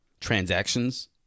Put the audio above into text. transactions